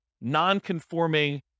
non-conforming